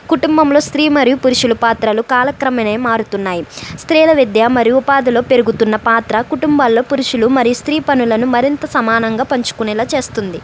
కుటుంబంలో స్త్రీ మరియు పురుషులు పాత్రలు కాలక్రమేణా మారుతున్నాయి స్త్రీల విద్య మరియు ఉపాధులు పెరుగుతున్న పాత్ర కుటుంబాలలో పురుషులు మరియు స్త్రీ పనులను మరింత సమానంగా పంచుకునేలా చేస్తుంది